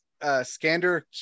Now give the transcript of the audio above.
Scander